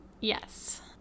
Yes